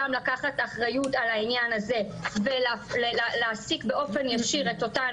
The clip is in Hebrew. גם לקחת אחריות על העניין הזה ולהעסיק באופן ישיר את אותן